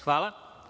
Hvala.